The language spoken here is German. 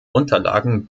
unterlagen